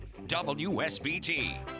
WSBT